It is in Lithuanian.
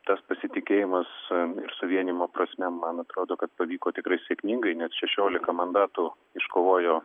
tas pasitikėjimas ir suvienijimo prasme man atrodo kad pavyko tikrai sėkmingai net šešiolika mandatų iškovojo